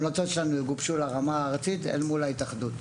ההמלצות יגובשו לרמה הארצית אל מול ההתאחדות.